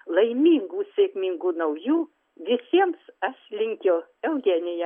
laimingų sėkmingų naujų visiems aš linkiu eugenija